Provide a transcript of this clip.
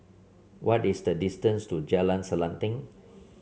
what is the distance to Jalan Selanting